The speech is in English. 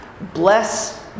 Bless